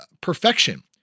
perfection